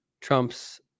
Trump's